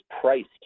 priced